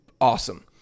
awesome